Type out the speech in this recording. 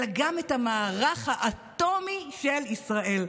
אלא גם את המערך האטומי של ישראל.